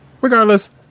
regardless